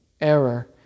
error